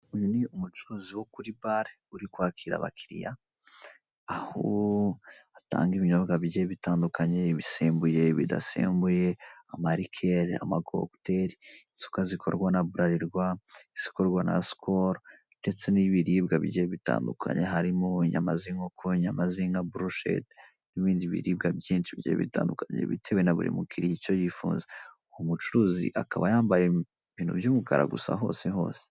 Uyu ni umucuruzi wo kuri bar, uri kwakira abakiriya, aho atanga ibinyobwa bigiye bitandukanye; bisembuye, bidasembuye ama rikeil, amacokutel isuka zikorwa na Bralirwa zikorwa na skohol ndetse n'ibiribwa bigiye bitandukanye; harimo inyama z'inkoko, inyama z'inkaburshete, n'ibindi biribwa byinshi byari bitandukanye bitewe na buri mukiriya icyo yifuza. Uwo mucuruzi akaba yambaye ibintu by'umukara gusa hosehose.